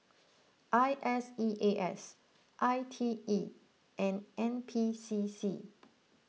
I S E A S I T E and N P C C